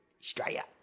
Australia